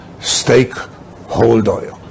stakeholder